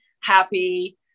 happy